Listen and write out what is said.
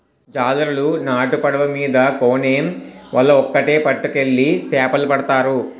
జాలరులు నాటు పడవ మీద కోనేమ్ వల ఒక్కేటి పట్టుకెళ్లి సేపపడతారు